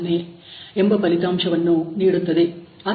40 ಎಂಬ ಫಲಿತಾಂಶವನ್ನು ನೀಡುತ್ತದೆ